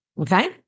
okay